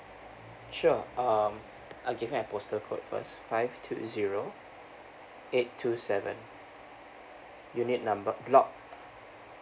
sure um I'll give my postal code first five two zero eight two seven unit number block